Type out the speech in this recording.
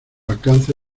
alcance